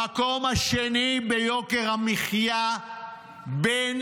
במקום השני ביוקר המחיה בין